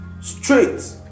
straight